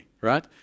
right